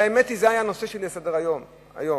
האמת היא שזה היה הנושא שלי לסדר-היום היום,